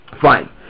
fine